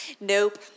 nope